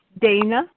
Dana